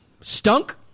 Stunk